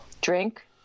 drink